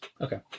Okay